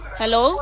hello